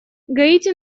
гаити